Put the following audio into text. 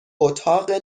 اتاق